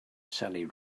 sally